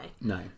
no